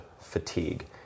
fatigue